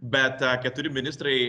bet keturi ministrai